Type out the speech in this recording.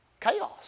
chaos